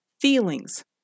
feelings